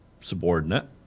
subordinate